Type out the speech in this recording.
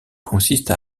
consiste